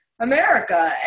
America